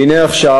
והנה עכשיו,